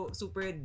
super